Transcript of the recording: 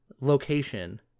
location